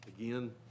Again